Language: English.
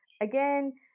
Again